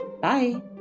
Bye